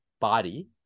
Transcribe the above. body